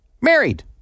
married